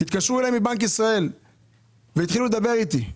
התקשרו אליי מבנק ישראל והתחילו לדבר איתי.